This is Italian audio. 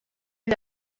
gli